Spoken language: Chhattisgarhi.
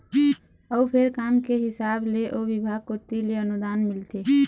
अउ फेर काम के हिसाब ले ओ बिभाग कोती ले अनुदान मिलथे